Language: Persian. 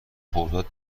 خرداد